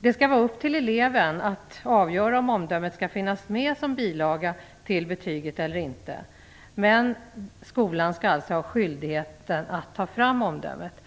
Det skall vara upp till eleven att avgöra om omdömet skall finnas med som bilaga till betyget eller inte, men skolan skall alltså ha skyldigheten att ta fram omdömet.